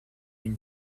une